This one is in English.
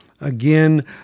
Again